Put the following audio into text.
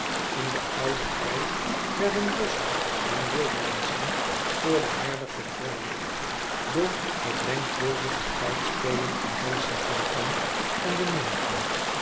in den ouden tijd werden bosschen en wildernissen voor den herder vervroolijkt door het denkbeeldige fluitspelen en dansen van pan en de nimfen